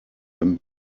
him